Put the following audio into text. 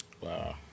Wow